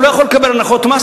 הוא לא יכול לקבל הנחות מס,